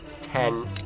ten